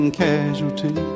casualty